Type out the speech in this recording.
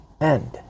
end